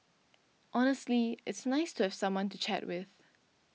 honestly it's nice to have someone to chat with